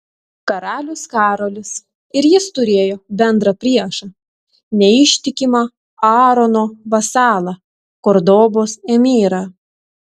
karalius karolis ir jis turėjo bendrą priešą neištikimą aarono vasalą kordobos emyrą